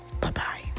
Bye-bye